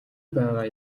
байгаа